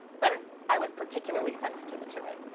but i was particularly sensitive to it.